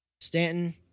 Stanton